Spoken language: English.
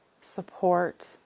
support